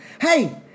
Hey